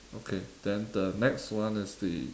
okay then the next one is the